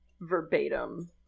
verbatim